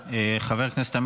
היו"ר חנוך דב מלביצקי: תודה.